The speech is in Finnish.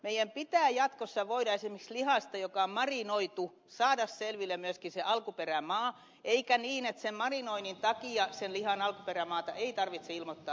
meidän pitää jatkossa voida esimerkiksi lihasta joka on marinoitu saada selville myöskin sen alkuperämaa eikä niin että sen marinoinnin takia sen lihan alkuperämaata ei tarvitse ilmoittaa